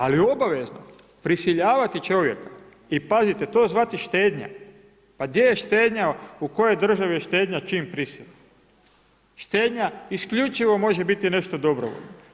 Ali obavezno prisiljavati čovjeka i pazite, to zvati štednja, pa gdje je štednja, u kojoj državi je štednja, čim … Štednja, isključivo može biti nešto dobrovoljno.